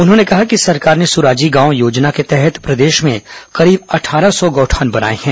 उन्होंने कहा कि सरकार ने सुराजी गांव योजना के तहत प्रदेश में करीब अट्ठारह सौ गौठान बनाए हैं